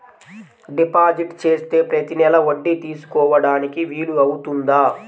Deposit చేస్తే ప్రతి నెల వడ్డీ తీసుకోవడానికి వీలు అవుతుందా?